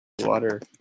water